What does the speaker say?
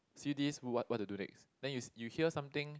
see this what what to do next then you you hear something